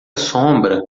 sombra